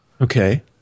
Okay